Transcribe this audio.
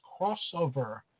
crossover